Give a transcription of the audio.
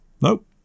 Nope